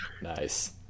Nice